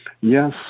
Yes